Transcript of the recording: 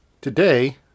today